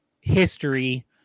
history